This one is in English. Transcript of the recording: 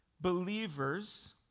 Believers